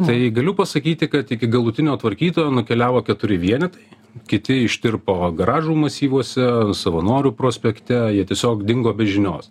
tai galiu pasakyti kad iki galutinio tvarkytojo nukeliavo keturi vienetai kiti ištirpo garažų masyvuose savanorių prospekte jie tiesiog dingo be žinios